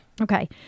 Okay